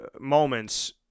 moments